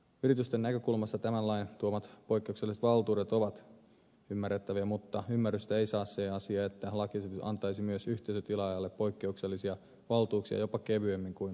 yritysten näkökulmasta tämän lain tuomat poikkeukselliset valtuudet ovat ymmärrettäviä mutta ymmärrystä ei saa se asia että lakiesitys antaisi myös yhteisötilaajalle poikkeuksellisia valtuuksia jopa kevyemmin kuin poliisille